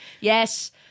Yes